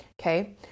Okay